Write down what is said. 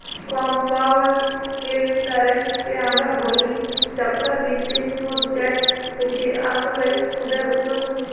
compound ইলটারেস্টকে আমরা ব্যলি চক্করবৃদ্ধি সুদ যেট হছে আসলে সুদের উপর সুদ